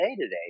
today